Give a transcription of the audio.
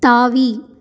தாவி